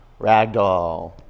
ragdoll